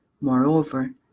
Moreover